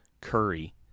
Curry